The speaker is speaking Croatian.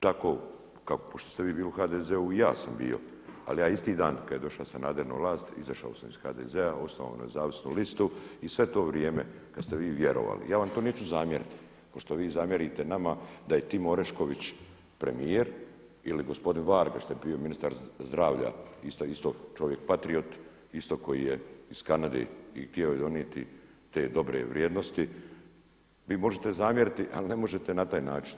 Tako pošto ste vi bili u HDZ-u i ja sam bio, ali ja isti dan kada je došao Sanader na vlast izašao sam iz HDZ-a osnovao nezavisnu listu i sve to vrijeme kada ste vi vjerovali, ja vam to neću zamjeriti, pošto vi zamjerite nama da je Tim Orešković premijer ili gospodin Varga što je bio ministar zdravlja, isto čovjek patriot, isto koji je iz Kanade i htio je donijeti te dobre vrijednosti, vi možete zamjeriti ali ne možete na taj način.